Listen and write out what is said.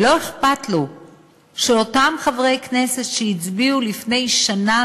לא אכפת לו שאותם חברי כנסת שהצביעו לפני שנה